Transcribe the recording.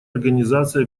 организации